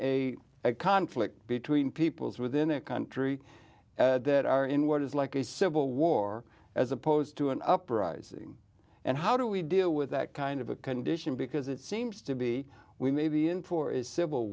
between a conflict between peoples within a country that are in what is like a civil war as opposed to an uprising and how do we deal with that kind of a kind dition because it seems to be we may be in for a civil